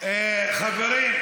חברים,